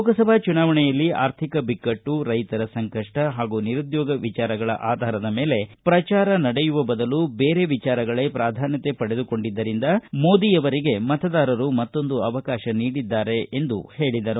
ಲೋಕಸಭಾ ಚುನಾವಣೆಯಲ್ಲಿ ಆರ್ಥಿಕ ಬಿಕ್ಕಟ್ಟು ರೈತರ ಸಂಕಷ್ಟ ಹಾಗೂ ನಿರುದ್ಕೋಗದ ವಿಚಾರಗಳ ಆಧಾರದ ಮೇಲೆ ಪ್ರಜಾರ ನಡೆಯುವ ಬದಲು ಬೇರೆ ವಿಚಾರಗಳೇ ಪ್ರಾಧಾನ್ಯತೆ ಪಡೆದುಕೊಂಡಿದ್ದರಿಂದ ಮೋದಿಯವರಿಗೆ ಮತದಾರರು ಮತ್ತೊಂದು ಅವಕಾಶ ನೀಡಿದ್ದಾರೆ ಎಂದು ಹೇಳಿದರು